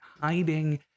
hiding